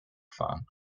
fahren